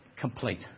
complete